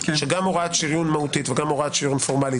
שגם הוראת שריון מהותית וגם הוראת שריון פורמלית